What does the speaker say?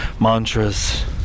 mantras